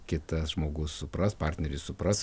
kitas žmogus supras partneris supras